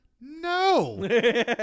no